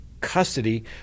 custody